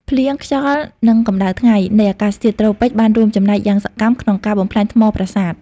ភ្លៀង ខ្យល់ និងកម្ដៅថ្ងៃ នៃអាកាសធាតុត្រូពិក បានរួមចំណែកយ៉ាងសកម្មក្នុងការបំផ្លាញថ្មប្រាសាទ។